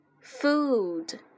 food